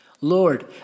Lord